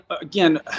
again